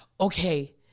okay